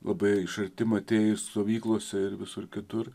labai iš arti matei stovyklose ir visur kitur